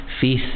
faith